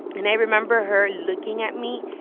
and i remember her looking at me,